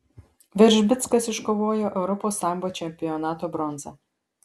veržbickas iškovojo europos sambo čempionato bronzą